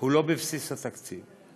לא בבסיס התקציב.